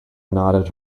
nodded